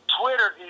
Twitter